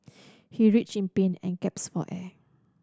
he writhed in pain and gaps for air